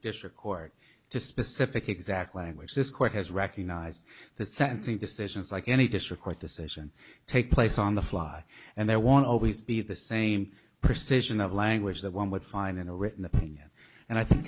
district court to specific exact language this court has recognized that sensing decisions like any district court decision take place on the fly and they want to always be the same precision of language that one would find in a written opinion and i think